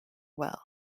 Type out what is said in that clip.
well